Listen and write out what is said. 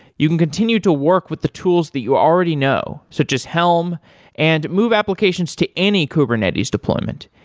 you can continue to work with the tools that you already know, so just helm and move applications to any kubernetes deployment.